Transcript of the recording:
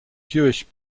jewish